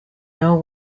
know